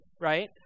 right